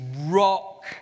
rock